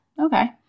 Okay